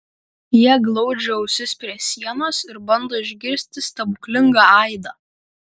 jie glaudžia ausis prie sienos ir bando išgirsti stebuklingą aidą